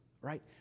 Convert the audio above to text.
Right